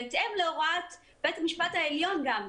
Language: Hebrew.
גם בהתאם להוראת בית המשפט העליון.